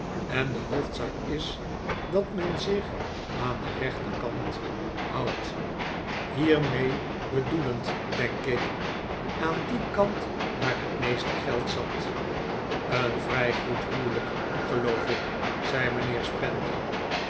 en de hoofdzaak is dat men zich aan den rechten kant houdt hiermee bedoelend denk ik aan dien kant waar het meeste geld zat een vrij goed huwelijk geloof ik zei mijnheer spenlow